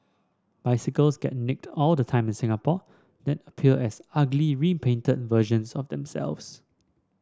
bicycles get nicked all the time in Singapore then appear as ugly repainted versions of themselves